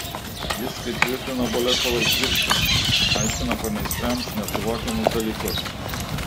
jis kaip tvirtino boleslovas zgirskis aiškino pameistriams nesuvokiamus dalykus